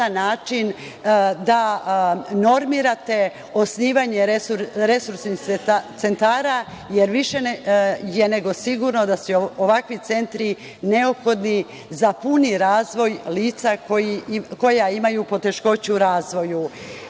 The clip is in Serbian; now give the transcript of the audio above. način da normirate osnivanje resursnih centara, jer više je nego sigurno da su ovakvi centri neophodni za puni razvoj lica koja imaju poteškoća u razvoju. Na